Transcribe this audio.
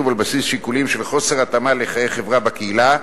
על בסיס שיקולים של חוסר התאמה לחיי חברה בקהילה בכלל,